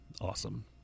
Awesome